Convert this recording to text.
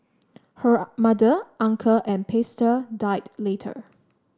her mother uncle and pastor died later